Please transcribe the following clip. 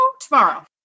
Tomorrow